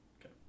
Okay